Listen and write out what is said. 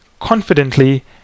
confidently